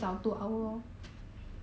orh